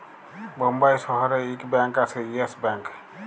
বোম্বাই শহরে ইক ব্যাঙ্ক আসে ইয়েস ব্যাঙ্ক